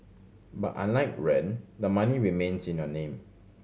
but unlike rent the money remains in your name